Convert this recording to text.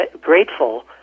grateful